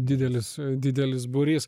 didelis didelis būrys